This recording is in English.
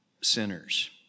sinners